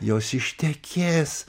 jos ištekės